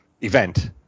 event